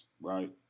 right